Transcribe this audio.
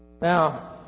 Now